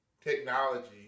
technology